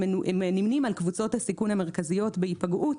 הם נמנים על קבוצות הסיכון המרכזיות בהיפגעות,